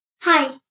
Hi